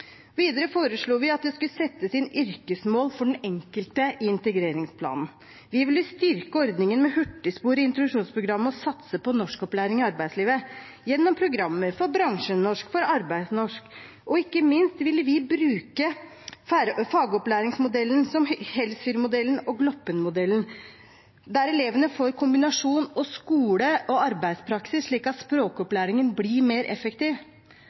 Videre foreslo vi at det skulle settes inn yrkesmål for den enkelte i integreringsplanen. Vi ville styrke ordningen med hurtigspor i introduksjonsprogrammet og satse på norskopplæring i arbeidslivet, gjennom programmer for bransjenorsk, for arbeidsnorsk, og ikke minst ville vi bruke fagopplæringsmodeller som Helsfyrmodellen og Gloppenmodellen, der elevene får en kombinasjon av skole- og arbeidspraksis, slik at språkopplæringen blir mer effektiv.